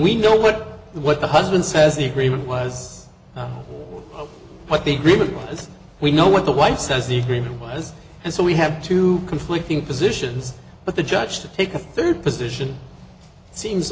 we know what what the husband says the agreement was what they dream of as we know what the wife says the agreement was and so we have two conflicting positions but the judge to take a third position seems